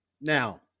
now